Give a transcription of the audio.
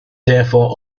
therefore